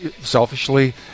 Selfishly